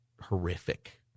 horrific